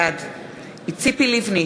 בעד ציפי לבני,